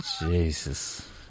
Jesus